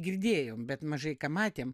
girdėjom bet mažai ką matėm